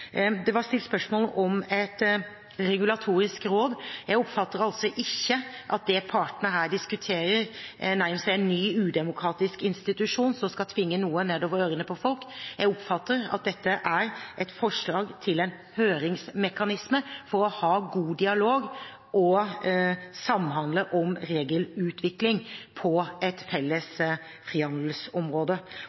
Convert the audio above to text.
Det var stilt spørsmål om et regulatorisk råd. Jeg oppfatter altså ikke at det partene her diskuterer, nærmest er en ny, udemokratisk institusjon som skal tvinge noe nedover ørene på folk. Jeg oppfatter at dette er et forslag til en høringsmekanisme for å ha god dialog og samhandle om regelutvikling på et felles frihandelsområde.